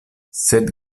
sed